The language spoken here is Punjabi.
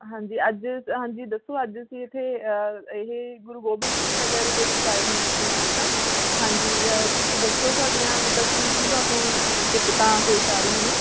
ਹਾਂਜੀ ਅੱਜ ਹਾਂਜੀ ਦੱਸੋ ਅੱਜ ਅਸੀਂ ਇੱਥੇ ਇਹ ਗੁਰੂ ਗੋਬਿੰਦ ਸਿੰਘ ਨਗਰ ਦੇ ਵਿੱਚ ਆਏ ਹੋਏ ਹਾਂ ਅਸੀਂ ਮਾਨਸਾ ਹਾਂਜੀ ਤੁਸੀਂ ਦੱਸੋ ਤੁਹਾਡੀਆਂ ਮਤਲਬ ਕੀ ਕੀ ਤੁਹਾਨੂੰ ਦਿੱਕਤਾਂ ਪੇਸ਼ ਆ ਰਹੀਆਂ ਨੇ